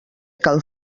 cal